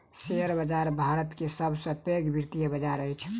share बाजार भारत के सब सॅ पैघ वित्तीय बजार अछि